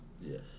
Yes